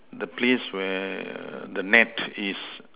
the place where err the net is